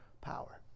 power